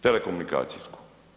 Telekomunikacijsku.